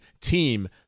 team